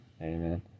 Amen